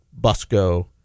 Busco